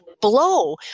blow